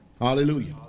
Hallelujah